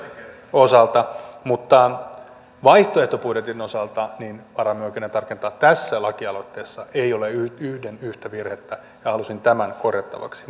osalta mutta vaihtoehtobudjetin osalta varaamme oikeuden tarkentaa tässä lakialoitteessa ei ole yhden yhtä virhettä halusin tämän korjattavaksi